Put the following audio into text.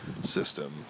system